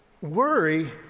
worry